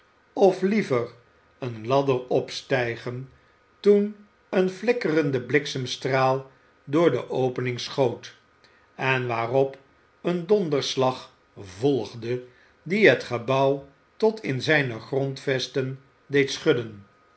of liever eene ladder opstijgen toen een flikkerende bliksemstraal door de opening schoot en waarop een donderslag volgde dié het gebouw tot in zijne grondvesten deed schudden